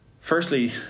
Firstly